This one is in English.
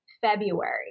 February